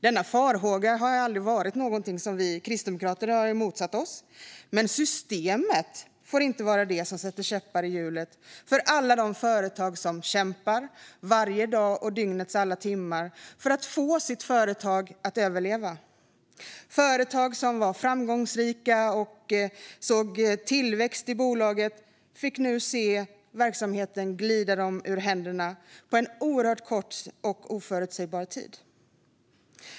Denna farhåga har aldrig varit något som vi kristdemokrater ifrågasatt. Men systemet får inte vara det som sätter käppar i hjulet för alla de företag som kämpar varje dag och dygnets alla timmar för att överleva. Företagare som var framgångsrika och såg tillväxt i bolagen fick se sin verksamhet glida dem ur händerna på oerhört kort och oförutsägbar tid.